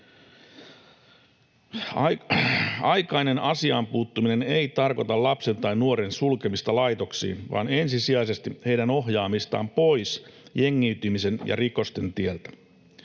Aikainen asiaan puuttuminen ei tarkoita lasten tai nuorten sulkemista laitoksiin vaan ensisijaisesti heidän ohjaamistaan pois jengiytymisen ja rikosten tieltä.